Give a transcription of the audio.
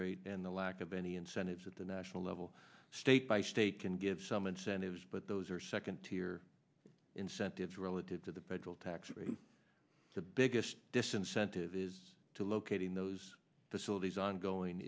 rate and the lack of any incentives at the national level state by state can give some incentives but those are second tier incentives relative to the federal tax rate the biggest disincentive is to locating those facilities ongoing